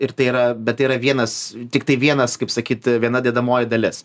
ir tai yra bet yra vienas tiktai vienas kaip sakyt viena dedamoji dalis